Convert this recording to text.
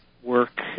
work